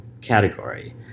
category